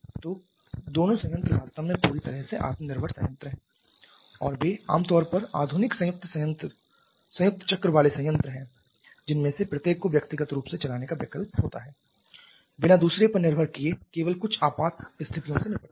तो दोनों संयंत्र वास्तव में पूरी तरह से आत्मनिर्भर संयंत्र हैं और वे आम तौर पर आधुनिक संयुक्त चक्र वाले संयंत्र हैं जिनमें से प्रत्येक को व्यक्तिगत रूप से चलाने का विकल्प होता है बिना दूसरे पर निर्भर किए केवल कुछ आपात स्थितियों से निपटने के लिए